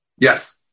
Yes